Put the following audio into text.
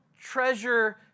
treasure